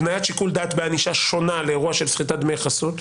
הבניית שיקול דעת בענישה שונה לאירוע של סחיטת דמי חסות.